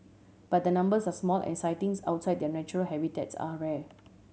but the numbers are small and sightings outside their natural habitats are rare